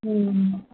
ம் ம்